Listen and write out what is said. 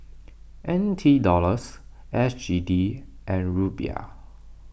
N T Dollars S G D and Ruble